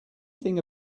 thing